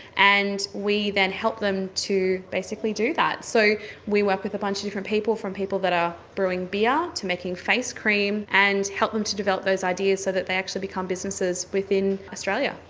and we then help them to basically do that. so we work with a bunch of different people, from people that are brewing beer to making face cream and help them to develop those ideas so that they actually become businesses within australia.